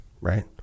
right